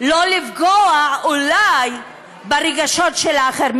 לא לפגוע, אולי, ברגשות של האחר.